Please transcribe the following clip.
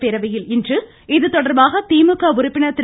சட்டப்பேரவையில் இன்று இதுதொடர்பாக திமுக உறுப்பினர் திரு